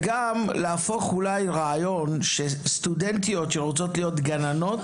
וגם להפוך אולי רעיון שסטודנטיות שרוצות להיות גננות,